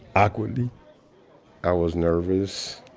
awkwardly i was nervous.